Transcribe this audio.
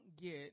get